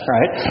Right